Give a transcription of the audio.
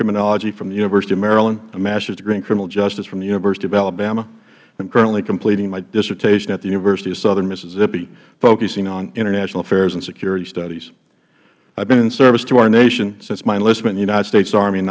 criminology from the university of maryland a master's degree in criminal justice from the university of alabama and am currently completing my dissertation at the university of southern mississippi focusing on international affairs and security studies i've been in service to our nation since my enlistment in the united states army in